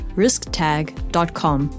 risktag.com